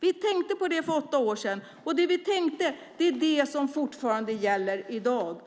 Vi tänkte på det för åtta år sedan. Det vi tänkte är det som fortfarande gäller i dag.